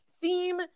theme